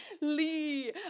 Lee